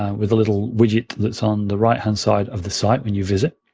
um with the little widget that's on the right-hand side of the site when you visit.